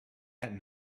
that